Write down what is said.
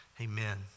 Amen